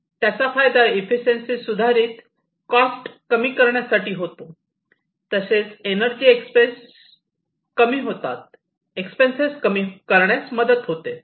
त्याचा फायदा इफिशियंशी सुधारित कॉस्ट कमी करण्यास होतो तसेच एनर्जी एक्सप्रेस कमी होतात एक्सप्लेन्सेस कमी करण्यास होतो